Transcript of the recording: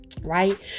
Right